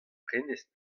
prenestr